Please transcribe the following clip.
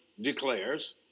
declares